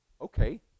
okay